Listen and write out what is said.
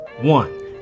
One